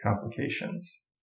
complications